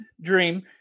dream